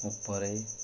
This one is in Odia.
ଉପରେ